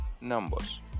numbers